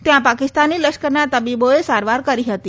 ત્યાં પાકિસ્તાની લશ્કરના તબીબોએ સારવાર કરી હતી